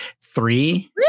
three